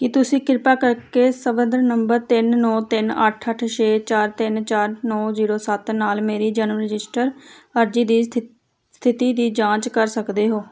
ਕੀ ਤੁਸੀਂ ਕਿਰਪਾ ਕਰਕੇ ਸੰਦਰਭ ਨੰਬਰ ਤਿੰਨ ਨੌਂ ਤਿੰਨ ਅੱਠ ਅੱਠ ਛੇ ਚਾਰ ਤਿੰਨ ਚਾਰ ਨੌਂ ਜ਼ੀਰੋ ਸੱਤ ਨਾਲ ਮੇਰੀ ਜਨਮ ਰਜਿਸਟਰ ਅਰਜ਼ੀ ਦੀ ਸਥਿ ਸਥਿਤੀ ਦੀ ਜਾਂਚ ਕਰ ਸਕਦੇ ਹੋ